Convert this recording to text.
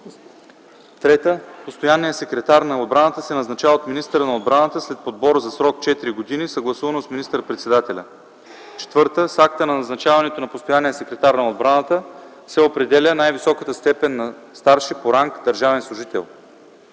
(3) Постоянният секретар на отбраната се назначава от министъра на отбраната след подбор за срок 4 години, съгласувано с министър-председателя. (4) С акта на назначаване на постоянен секретар на отбраната се определя най-високата степен на старши по ранг държавен служител.